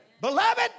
Beloved